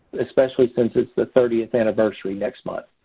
especially since it's the thirtieth anniversary next month.